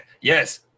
yes